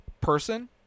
person